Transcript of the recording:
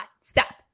Stop